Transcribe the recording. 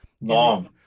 Long